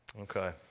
Okay